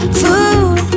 food